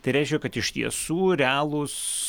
tai reiškia kad iš tiesų realūs